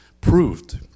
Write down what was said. proved